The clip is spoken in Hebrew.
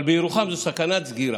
אבל בירוחם זו סכנת סגירה.